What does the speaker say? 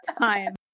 time